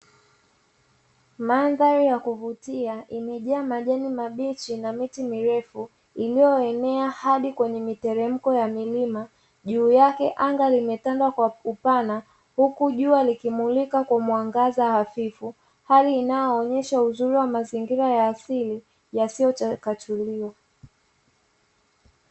Mandhari ya kuvutia imejaa majani mabichi na ya kuvutia, iliyoenea hadi kwenye miteremko ya milima. Juu yake anga limetanda kwa upana, huku jua likimulika kwa mwangaza hafifu, hali inaonyesha uzuri wa mazingira ya alisi yasiyo chakachuliwa.